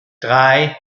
drei